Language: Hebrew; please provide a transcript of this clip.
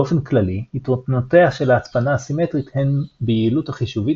באופן כללי יתרונותיה של ההצפנה הסימטרית הם ביעילות החישובית